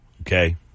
okay